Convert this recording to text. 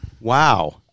Wow